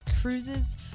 cruises